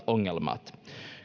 ongelmat